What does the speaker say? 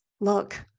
Look